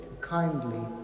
kindly